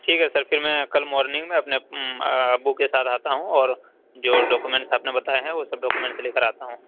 ٹھیک ہے سر پھر میں کل مورننگ میں اپنے ابو کے ساتھ آتا ہوں اور جو ڈاکومینٹ آپ نے بتائے ہیں وہ سب ڈاکومینٹ لے کر آتا ہوں